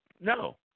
No